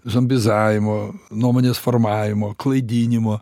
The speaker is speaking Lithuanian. zombizavimo nuomonės formavimo klaidinimo